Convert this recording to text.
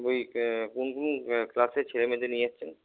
ওই কোন কোন ক্লাসের ছেলেমেয়েদের নিয়ে যাচ্ছেন